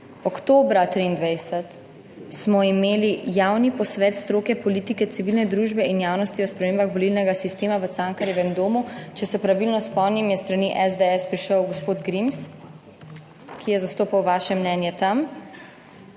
Oktobra 2023 smo imeli javni posvet stroke, politike, civilne družbe in javnosti o spremembah volilnega sistema v Cankarjevem domu. Če se pravilno spomnim, je s strani SDS prišel gospod Grims, ki je zastopal vaše mnenje tam.